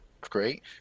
great